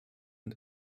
und